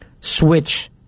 switch